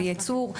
של ייצור,